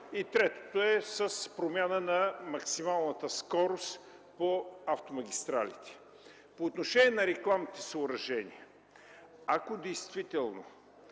и третият – с промяната на максималната скорост по магистралите. По отношение на рекламните съоръжения, ако действително